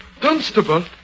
Dunstable